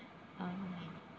orh